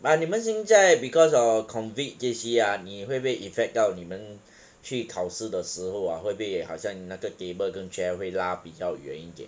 but 你们现在 because of COVID 这些啊你会不会 affect 到你们去考试的时候啊会不会好像那个 table 跟 chair 会拉比较远一点